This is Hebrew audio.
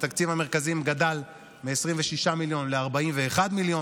תקציב המרכזים גדל מ-26 מיליון ל-41 מיליון.